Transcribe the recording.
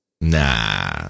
nah